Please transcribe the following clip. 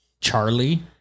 Charlie